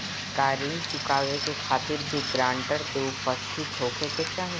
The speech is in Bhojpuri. का ऋण चुकावे के खातिर भी ग्रानटर के उपस्थित होखे के चाही?